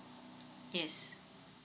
yes